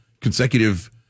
consecutive